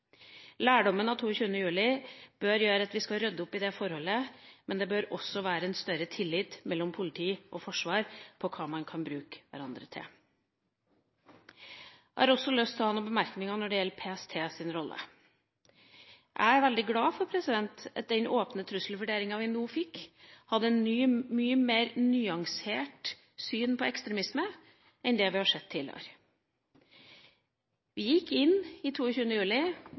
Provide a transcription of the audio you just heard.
av 22. juli bør gjøre at vi skal rydde opp i det forholdet, men det bør også være en større tillit mellom politi og forsvar med hensyn til hva man kan bruke hverandre til. Jeg har også noen bemerkninger når det gjelder PSTs rolle. Jeg er veldig glad for at man i den åpne trusselvurderinga vi nå fikk, hadde et mye mer nyansert syn på ekstremisme enn det vi har sett tidligere. Vi gikk inn i 22. juli